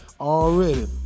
Already